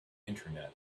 internet